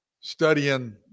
studying